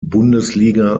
bundesliga